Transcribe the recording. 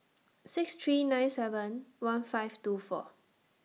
six three nine seven one five two four